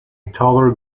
toddler